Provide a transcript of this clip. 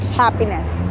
happiness